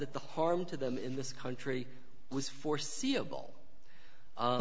that the harm to them in this country was foreseeable